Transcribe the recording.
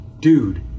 dude